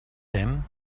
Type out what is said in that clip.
him